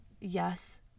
yes